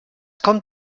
kommt